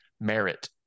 merit